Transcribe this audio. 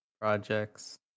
projects